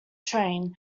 train